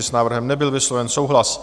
S návrhem nebyl vysloven souhlas.